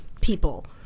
people